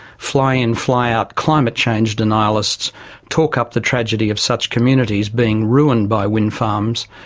fly in, fly out climate change denialists talk up the tragedy of such communities being ruined by wind farms,